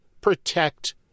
protect